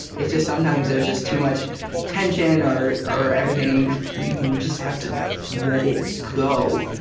it's just sometimes there's just too much tension, or or everything, and you you just have to let it go.